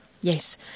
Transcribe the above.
Yes